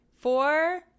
four